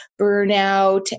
burnout